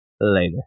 later